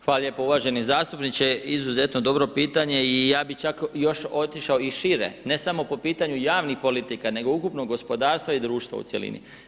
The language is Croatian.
Hvala lijepo uvaženi zastupniče, izuzetno dobro pitanje i ja bi čak još otišao i šire ne samo po pitanju javnih politika nego ukupnog gospodarstva i društva u cjelini.